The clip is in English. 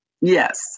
Yes